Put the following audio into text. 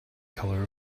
color